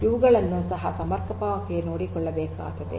ಇವುಗಳನ್ನು ಸಹ ಸಮರ್ಪಕವಾಗಿ ನೋಡಿಕೊಳ್ಳಬೇಕಾಗುತ್ತದೆ